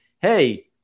hey